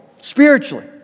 spiritually